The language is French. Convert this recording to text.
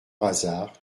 hasard